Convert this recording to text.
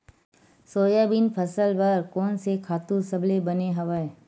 Soybean फसल बर कोन से खातु सबले बने हवय?